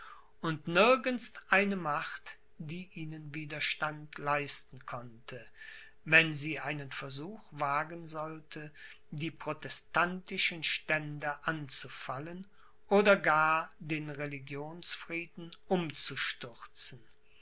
und nirgends eine macht die ihnen widerstand leisten konnte wenn sie einen versuch wagen sollten die protestantischen stände anzufallen oder gar den religionsfrieden umzustürzen